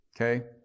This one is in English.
okay